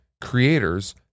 creators